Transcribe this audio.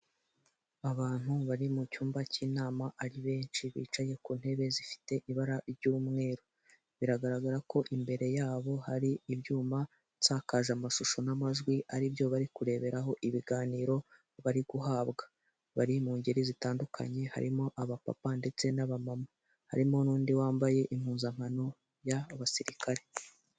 Abantu bari mu cyumba cy'inama ari benshi bicaye ku ntebe zifite ibara ry'umweru, biragaragara ko imbere yabo hari ibyuma nsakaza mashusho n'amajwi aribyo bari kureberaho ibiganiro bari guhabwa. Bari mu ngeri zitandukanye harimo abapapa ndetse n'aba mama harimo n'undi wambaye impuzankano y'abasirikare.